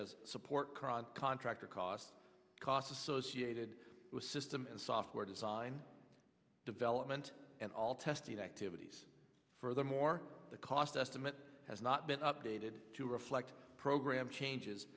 as support current contractor costs costs associated with system and software design development and all testing activities furthermore the cost estimate has not been updated to reflect program changes